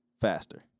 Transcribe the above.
faster